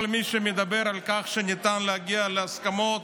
כל מי שמדבר על כך שניתן להגיע להסכמות,